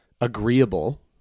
agreeable